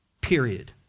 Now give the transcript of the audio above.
period